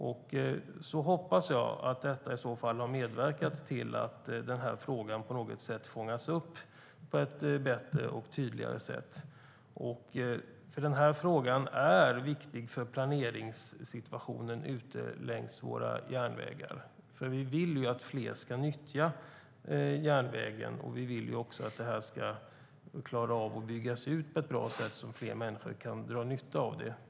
Jag hoppas att detta i så fall har medverkat till att frågan fångas upp på ett bättre och tydligare sätt, för den är viktig för planeringssituationen ute längs våra järnvägar. Vi vill ju att fler ska nyttja järnvägen, och vi vill att man ska klara av att bygga ut den på ett bra sätt så att fler människor kan dra nytta av den.